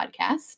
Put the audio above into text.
podcast